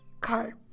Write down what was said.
car